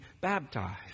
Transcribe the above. baptized